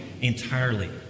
entirely